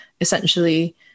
essentially